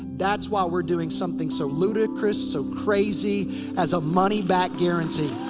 that's why we're doing something so ludicrous. so crazy as a money back guarantee.